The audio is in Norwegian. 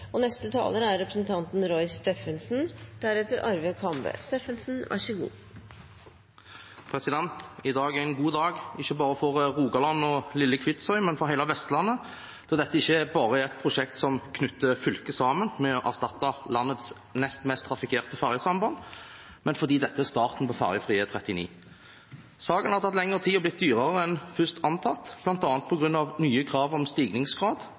I dag er en god dag, ikke bare for Rogaland og lille Kvitsøy, men for hele Vestlandet, fordi dette er et prosjekt som ikke bare knytter fylket sammen ved å erstatte landets nest mest trafikkerte ferjesamband, men også fordi det er starten på ferjefri E39. Saken har tatt lengre tid og blitt dyrere enn først antatt, bl.a. på grunn av nye